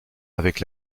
avec